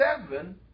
seven